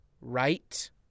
Right